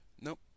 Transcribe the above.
Nope